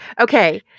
Okay